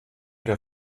der